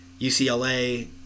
UCLA